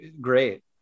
great